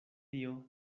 dio